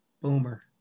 Boomer